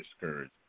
discouraged